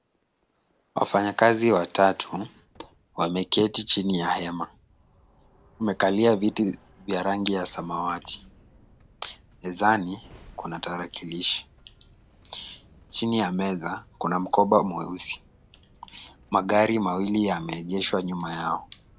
Wafanyakazi watatu wameketi chini ya hema, wamekalia viti vya rangi ya samawati. Mezani kuna tarakilishi. Chini ya meza, kuna mkoba mweusi. Magari mawili yameegeshwa nyuma yao.